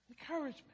Encouragement